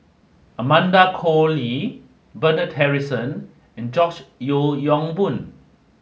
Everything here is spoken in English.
Amanda Koe Lee Bernard Harrison and George Yeo Yong Boon